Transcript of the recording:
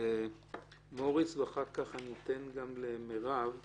מוריס ואחר כך אתן למרב חג'אג',